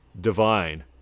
divine